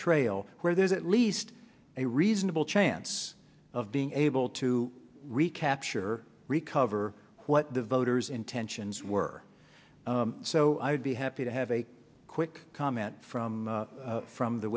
trail where there's at least a reasonable chance of being able to recapture recover what the voters intentions were so i'd be happy to have a quick comment from from the